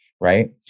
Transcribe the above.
right